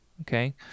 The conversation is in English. okay